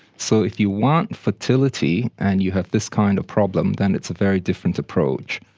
so if you want fertility and you have this kind of problem then it's a very different approach.